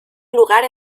lugar